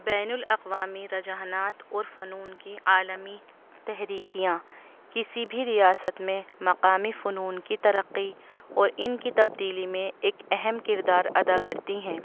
بین الاقوامی رجحانات اور فنون کی عالمی تحریکیاں کسی بھی ریاست میں مقامی فنون کی ترقی اور ان کی تبدیلی میں ایک اہم کردار ادا کرتی ہیں